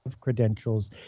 Credentials